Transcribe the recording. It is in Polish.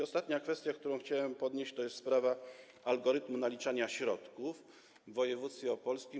Ostatnia kwestia, którą chciałem podnieść, to jest sprawa algorytmu naliczania środków w województwie opolskim.